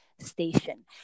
station